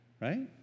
Right